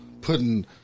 putting